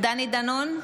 דני דנון,